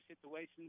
situations